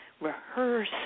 rehearse